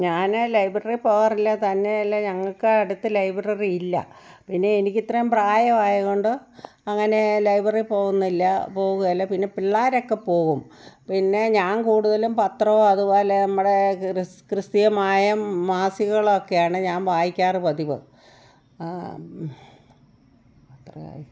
ഞാൻ ലൈബ്രറി പോകാറില്ല തന്നെയല്ല ഞങ്ങൾക്ക് അടുത്ത് ലൈബ്രറിയില്ല പിന്നെ എനിക്ക് ഇത്രേം പ്രായമായത് കൊണ്ട് അങ്ങനെ ലൈബ്രറിയിൽ പോകുന്നില്ല പോകുകേല പിന്നെ പിള്ളേരോക്കെ പോകും പിന്നെ ഞാൻ കൂടുതലും പത്രവും അതുപോലെ നമ്മുടെ ക്രിസ് ക്രിസ്യമായ മാസികളൊക്കെയാണ് ഞാൻ വായിക്കാറ് പതിവ് എത്രയായി